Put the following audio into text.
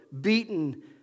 beaten